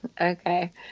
Okay